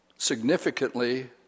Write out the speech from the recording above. significantly